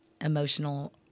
emotional